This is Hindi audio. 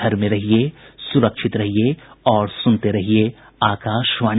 घर में रहिये सुरक्षित रहिये और सुनते रहिये आकाशवाणी